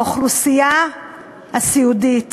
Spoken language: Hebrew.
האוכלוסייה הסיעודית.